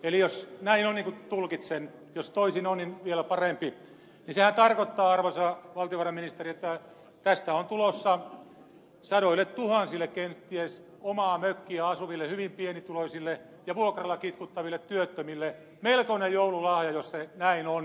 eli jos näin on niin kuin tulkitsen jos toisin on niin vielä parempi niin sehän tarkoittaa arvoisa valtiovarainministeri että tästä on tulossa kenties sadoilletuhansille omaa mökkiä asuville hyvin pienituloisille ja vuokralla kitkuttaville työttömille melkoinen joululahja jos se näin on